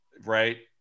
right